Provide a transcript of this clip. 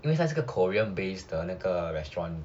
因为他是个 korean based 的那个 restaurant